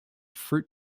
fruit